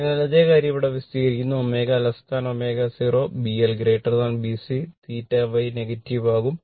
അതിനാൽ അതേ കാര്യം ഇവിടെ വിശദീകരിക്കുന്നു ω ω0 B L B C θ Y negative ആകും